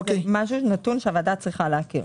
נתון שהוועדה צריכה להכיר.